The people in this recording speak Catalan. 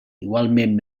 igualment